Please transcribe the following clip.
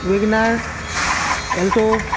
Wagon R alto